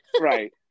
Right